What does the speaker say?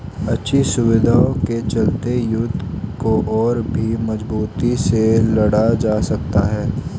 अच्छी सुविधाओं के चलते युद्ध को और भी मजबूती से लड़ा जा सकता था